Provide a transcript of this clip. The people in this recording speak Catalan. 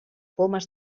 pomes